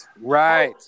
right